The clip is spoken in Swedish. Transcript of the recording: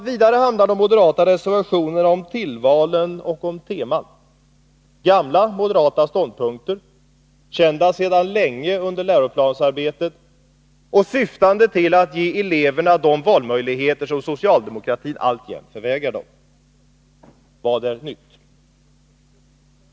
Vidare handlar de moderata reservationerna om tillvalen och om teman, gamla moderata ståndpunkter, kända sedan länge under läroplansarbetet och syftande till att ge eleverna de valmöjligheter som socialdemokratin alltjämt förvägrar dem. Vad är nytt?